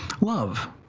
Love